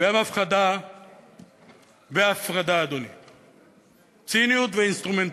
הפחדה והפרדה, אדוני, ציניות ואינסטרומנטליות.